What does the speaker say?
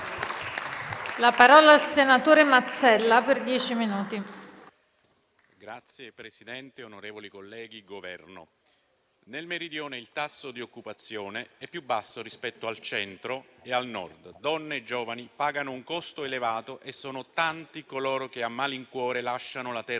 nel Meridione il tasso di occupazione è più basso rispetto al Centro e al Nord. Donne e giovani pagano un costo elevato e sono tanti coloro che a malincuore lasciano la terra